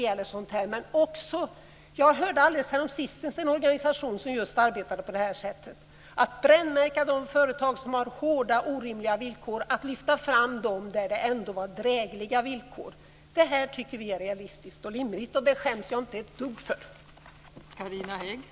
Häromsistens hörde jag om en organisation som arbetade på det här sättet. De brännmärkte de företag som hade hårda och orimliga villkor och lyfte fram de företag där villkoren var drägliga. Vi tycker att detta är realistiskt och rimligt, och det skäms jag inte ett dugg för.